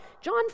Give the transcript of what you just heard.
John